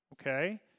Okay